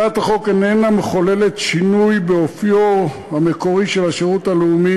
הצעת החוק איננה מחוללת שינוי באופיו המקורי של השירות הלאומי